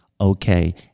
okay